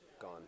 Gone